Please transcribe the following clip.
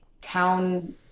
town